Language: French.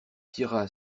tira